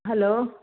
hello